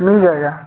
मिल जाएगा